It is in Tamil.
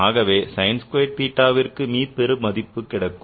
ஆகவே sin squared theta விற்கு மீப்பெரு மதிப்பு கிடைக்கும்